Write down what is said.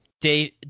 Dave